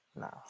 No